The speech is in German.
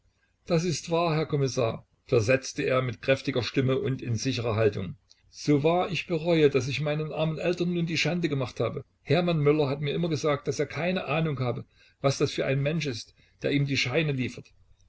das ist wahr her kommissar versetzte er mit kräftiger stimme und in sicherer haltung so wahr ich bereue daß ich meinen armen eltern nun die schande gemacht habe hermann möller hat mir immer gesagt daß er keine ahnung habe was das für ein mensch ist der ihm die scheine liefert